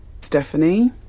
Stephanie